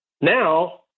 Now